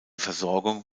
versorgung